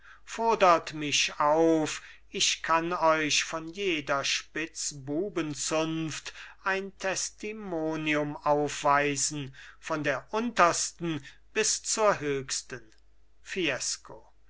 fodert mich auf ich kann euch von jeder spitzbubenzunft ein testimonium aufweisen von der untersten bis zur höchsten fiesco